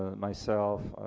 myself,